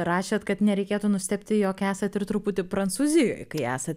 rašėt kad nereikėtų nustebti jog esat ir truputį prancūzijoj kai esat